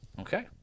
Okay